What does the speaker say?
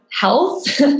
health